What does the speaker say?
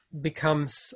becomes